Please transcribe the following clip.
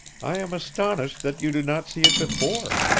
i am astonished that you did not see it before.